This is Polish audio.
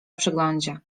przeglądzie